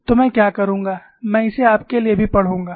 तो मैं क्या करूंगा मैं इसे आपके लिए भी पढ़ूंगा